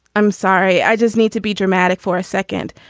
i'm sorry. i just need to be dramatic for a second.